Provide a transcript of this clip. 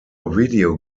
video